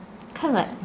kind like